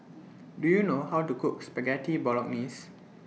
Do YOU know How to Cook Spaghetti Bolognese